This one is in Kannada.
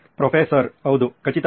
ಪ್ರೊಫೆಸರ್ ಹೌದು ಖಚಿತವಾಗಿ